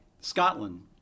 Scotland